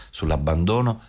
sull'abbandono